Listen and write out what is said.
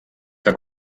que